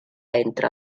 entre